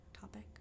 topic